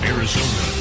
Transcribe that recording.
Arizona